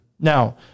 Now